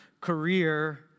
career